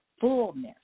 fullness